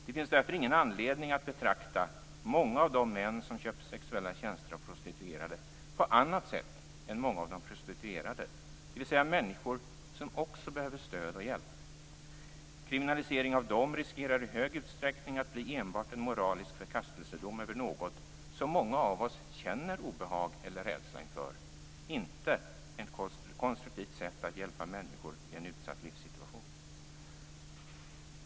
Det finns därför ingen anledning att betrakta många av de män, som köper sexuella tjänster av prostituerade, på annat sätt än många av de prostituerade - dvs. som människor som också de behöver stöd och hjälp. Kriminalisering av dem riskerar i stor utsträckning att bli enbart en moralisk förkastelsedom över något som många av oss känner obehag eller rädsla inför - inte ett konstruktivt sätt att hjälpa människor i en utsatt livssituation.